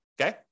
okay